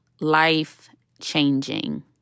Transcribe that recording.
life-changing